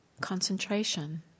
concentration